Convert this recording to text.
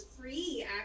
free